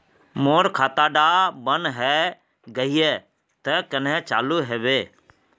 मोर खाता डा बन है गहिये ते कन्हे चालू हैबे?